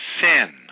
sin